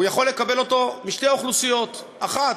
הוא יכול לקבל אותו משתי אוכלוסיות: אחת,